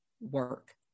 work